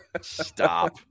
Stop